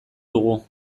dugu